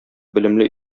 белемле